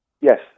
Yes